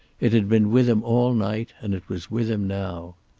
it had been with him all night, and it was with him now.